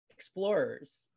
explorers